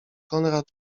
konrad